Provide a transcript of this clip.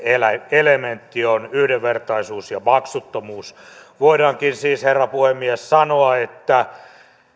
elementti on yhdenvertaisuus ja maksuttomuus voidaankin siis herra puhemies sanoa että